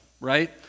right